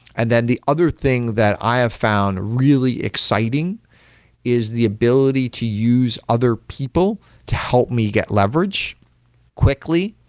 and then the other thing that i have found really exciting is the ability to use other people to help me get leverage quickly,